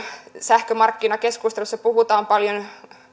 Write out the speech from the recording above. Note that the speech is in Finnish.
sähkömarkkinakeskustelussa puhutaan paljon